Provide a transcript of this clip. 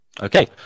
Okay